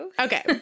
Okay